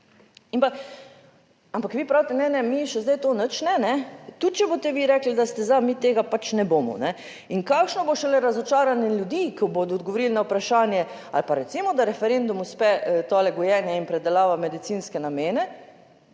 ampak vi pravite, ne, ne, mi še zdaj to nič ne, ne, tudi če boste vi rekli, da ste za, mi tega pač ne bomo ne. In kakšno bo šele razočaranje ljudi, ki bodo odgovorili na vprašanje ali pa recimo, da referendum uspe to gojenje in predelava v medicinske namene.